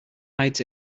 hides